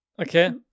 okay